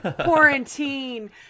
quarantine